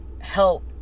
help